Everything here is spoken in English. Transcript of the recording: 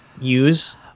use